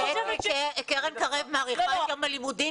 קטי, קרן קר"ב מאריכה את יום הלימודים.